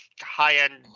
high-end